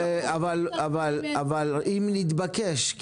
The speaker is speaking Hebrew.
אבל אם נתבקש,